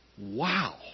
Wow